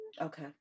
Okay